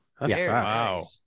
Wow